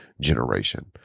generation